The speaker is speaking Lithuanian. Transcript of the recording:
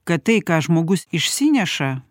kad tai ką žmogus išsineša